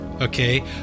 Okay